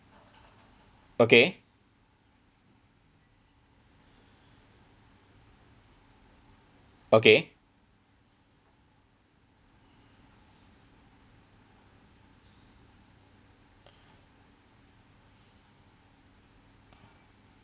okay okay